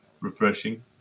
refreshing